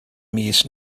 mis